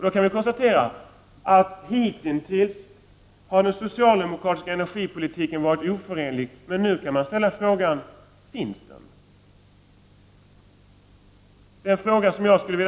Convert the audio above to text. Vi kan konstatera att de socialdemokratiska energipolitiska målen hitintills har varit oförenliga. Men nu kan man ställa frågan: Finns det en socialdemokratisk energipolitik?